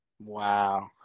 Wow